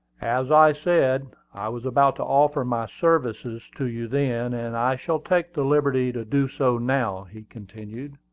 as i said, i was about to offer my services to you then and i shall take the liberty to do so now, he continued,